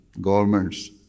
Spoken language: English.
governments